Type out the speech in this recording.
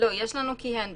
יש לנו "כיהן בתפקיד"